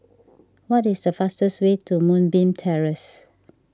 what is the fastest way to Moonbeam Terrace